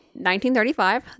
1935